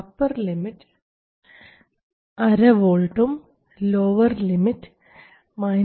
upper limit 12 V ഉം lower limit 1